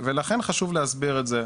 ולכן חשוב להסביר את זה,